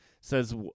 says